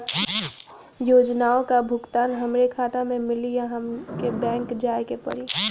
योजनाओ का भुगतान हमरे खाता में मिली या हमके बैंक जाये के पड़ी?